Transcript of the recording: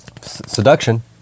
seduction